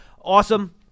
awesome